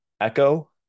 echo